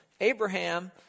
Abraham